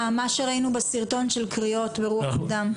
אה, מה שראינו בסרטון של קריאות: ברוח, בדם.